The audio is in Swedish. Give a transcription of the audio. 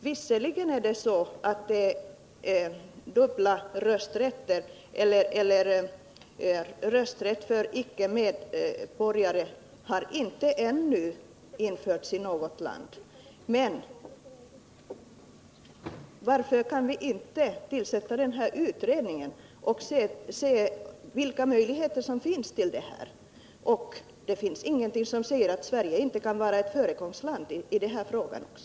Visserligen är det sant att rösträtt för icke medborgare ännu inte införts i något land. Men varför kan vi inte tillsätta en utredning och utröna vilka möjligheter det finns att införa det? Det finns ingenting som säger att Sverige inte kan vara ett föregångsland i den här frågan också.